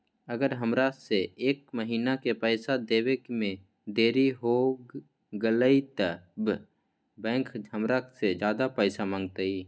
अगर हमरा से एक महीना के पैसा देवे में देरी होगलइ तब बैंक हमरा से ज्यादा पैसा मंगतइ?